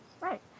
Right